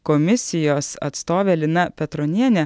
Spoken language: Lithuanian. komisijos atstovė lina petronienė